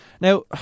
Now